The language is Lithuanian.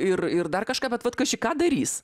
ir ir dar kažką bet vat kaži ką darys